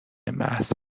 محض